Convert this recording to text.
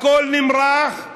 הכול נמרח,